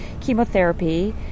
chemotherapy